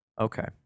Okay